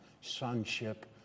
sonship